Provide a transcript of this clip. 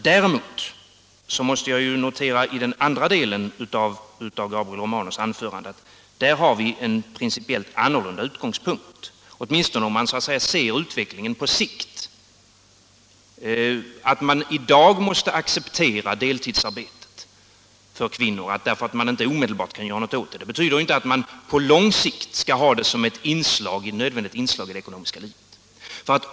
Däremot måste jag notera, beträffande den andra delen i Gabriel Romanus anförande, att vi där har en principiellt annorlunda utgångspunkt - åtminstone om man ser utvecklingen på sikt. Att man i dag måste acceptera deltidsarbetet för kvinnor, därför att man inte omedelbart kan göra något åt det, betyder inte att man på lång sikt skall ha det som ett nödvändigt inslag i det ekonomiska livet.